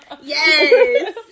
yes